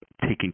taking